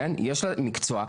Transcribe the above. יש לה מקצוע,